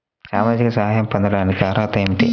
సామాజిక సహాయం పొందటానికి అర్హత ఏమిటి?